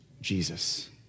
Jesus